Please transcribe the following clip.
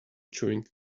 chewing